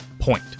point